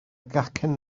gacen